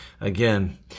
Again